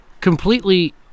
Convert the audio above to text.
Completely